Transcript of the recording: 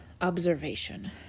observation